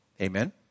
Amen